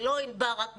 זה לא בא רק מלמטה,